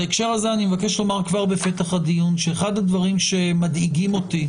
בהקשר הזה אני מבקש לומר כבר בפתח הדיון שאחד הדברים שמדאיגים אותי